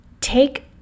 take